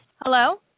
Hello